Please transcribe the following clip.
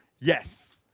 Yes